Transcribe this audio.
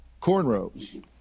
cornrows